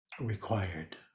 required